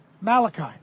Malachi